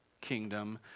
kingdom